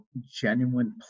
genuine